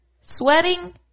Sweating